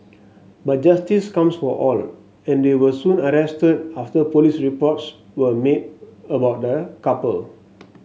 but justice comes for all and they were soon arrested after police reports were made about the couple